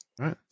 Right